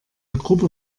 gruppe